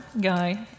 guy